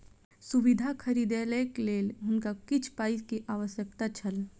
सुविधा खरीदैक लेल हुनका किछ पाई के आवश्यकता छल